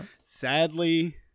sadly